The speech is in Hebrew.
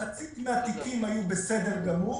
מחצית מהתיקים היו בסדר גמור